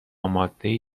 مادهای